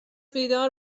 بیدار